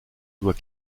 doit